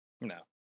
No